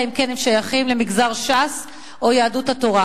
אלא אם כן הם שייכים למגזר ש"ס או יהדות התורה.